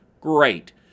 great